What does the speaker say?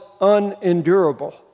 unendurable